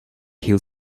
hield